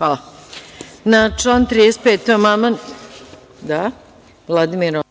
Orlić ima reč. **Vladimir Orlić**